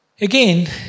again